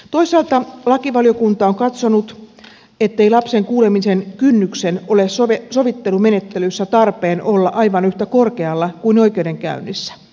toisaalta lakivaliokunta on katsonut ettei lapsen kuulemisen kynnyksen ole sovittelumenettelyssä tarpeen olla aivan yhtä korkealla kuin oikeudenkäynnissä